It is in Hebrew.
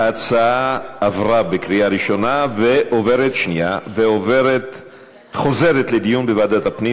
ההצעה עברה בקריאה ראשונה וחוזרת לוועדת הפנים